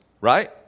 right